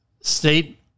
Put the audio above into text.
State